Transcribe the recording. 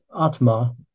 atma